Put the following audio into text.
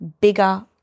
bigger